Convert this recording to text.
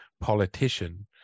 politician